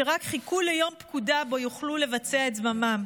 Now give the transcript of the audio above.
שרק חיכו ליום פקודה שבו יוכלו לבצע את זממם.